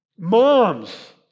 Moms